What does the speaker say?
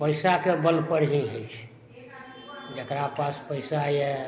पैसाके बल पर ही हइ छै जेकरा पास पैसा यऽ